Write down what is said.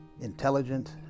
intelligent